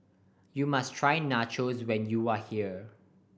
you must try Nachos when you are here